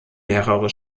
mehrere